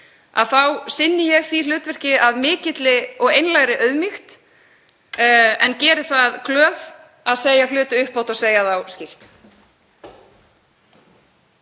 þá sinni ég því hlutverki af mikilli og einlægri auðmýkt en geri það glöð að segja hluti upphátt og segja þá skýrt.